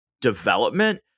development